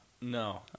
No